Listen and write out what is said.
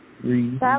Three